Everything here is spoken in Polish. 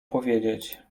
powiedzieć